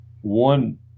one